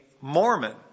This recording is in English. Mormon